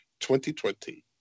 2020